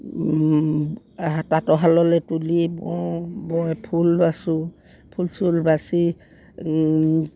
তাঁতৰ শাললে তুলি ফুল বাচোঁ ফুল চুল বাচি